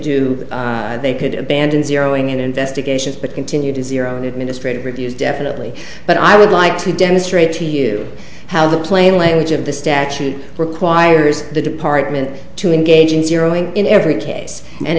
do they could abandon zeroing in investigations but continue to zero the administrative reviews definitely but i would like to demonstrate to you how the plain language of the statute requires the department to engage in zeroing in every case and